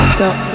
Stop